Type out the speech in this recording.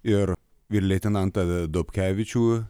ir ir leitenantą dobkevičių